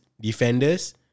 defenders